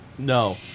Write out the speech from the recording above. No